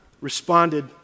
responded